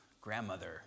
...grandmother